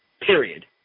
Period